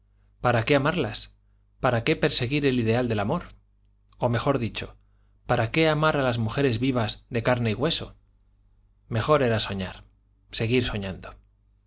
para qué amarlas para qué perseguir el ideal del amor o mejor dicho para qué amar a las mujeres vivas de carne y hueso mejor era soñar seguir soñando